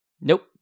Nope